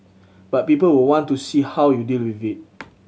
but people will want to see how you deal with it